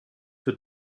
für